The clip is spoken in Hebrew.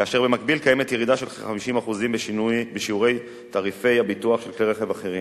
ובמקביל יש ירידה של כ-50% בתעריפי הביטוח של כלי רכב אחרים.